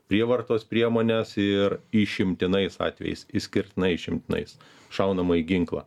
prievartos priemones ir išimtinais atvejais išskirtinai išimtinais šaunamąjį ginklą